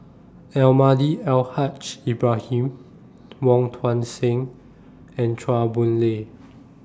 Almahdi Al Haj Ibrahim Wong Tuang Seng and Chua Boon Lay